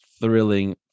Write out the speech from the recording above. thrilling